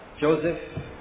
Joseph